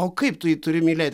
o kaip tu jį turi mylėti